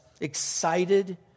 excited